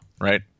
Right